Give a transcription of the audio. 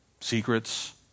secrets